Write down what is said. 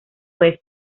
eso